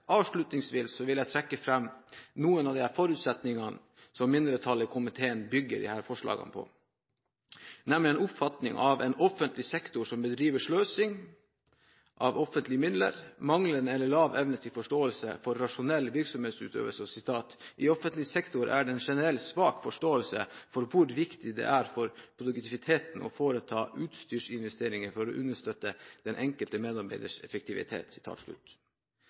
Avslutningsvis vil jeg trekke fram noen av de forutsetningene som mindretallet i komiteen bygger disse forslagene på, nemlig en oppfatning av en offentlig sektor som bedriver sløsing med offentlige midler, som har manglende eller lav evne og forståelse for rasjonell virksomhetsutøvelse, og at det i offentlig sektor er «generelt svak forståelse for hvor viktig det er for produktiviteten å foreta utstyrsinvesteringer for å understøtte den enkelte medarbeiders effektivitet».